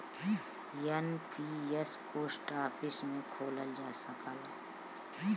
NPS post office में खोलल जा सकला